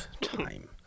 time